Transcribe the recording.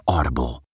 Audible